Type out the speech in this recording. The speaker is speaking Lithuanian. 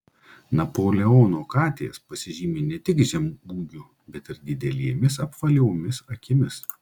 napoleono katės pasižymi ne tik žemu ūgiu bet ir didelėmis apvaliomis akimis